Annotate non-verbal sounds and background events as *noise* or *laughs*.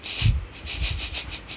*laughs*